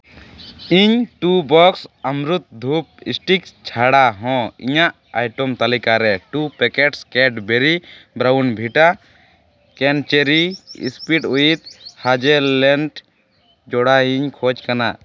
ᱤᱧ two box Amrut dhoop sticks ᱪᱷᱟᱲᱟ ᱦᱚᱸ ᱤᱧᱟᱹᱜ ᱟᱭᱴᱚᱢ ᱛᱟᱹᱞᱤᱠᱟ ᱨᱮ ᱴᱩ ᱯᱮᱠᱮᱴᱥ ᱠᱮᱰᱵᱮᱨᱤ ᱵᱨᱟᱣᱩᱱ ᱵᱷᱤᱴᱟ ᱠᱮᱱᱪᱮᱨᱤ ᱤᱥᱯᱤᱰ ᱩᱭᱤᱛᱷ ᱦᱟᱡᱮᱞ ᱞᱮᱱᱴ ᱡᱚᱲᱟᱭᱤᱧ ᱠᱷᱚᱡᱽ ᱠᱟᱱᱟ